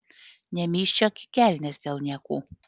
nemyžčiok į kelnes dėl niekų